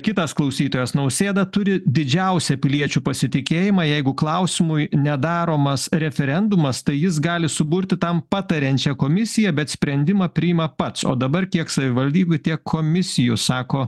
kitas klausytojas nausėda turi didžiausią piliečių pasitikėjimą jeigu klausimui nedaromas referendumas tai jis gali suburti tam patariančią komisiją bet sprendimą priima pats o dabar kiek savivaldybių tiek komisijų sako